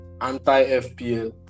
anti-fpl